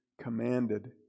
commanded